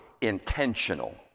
intentional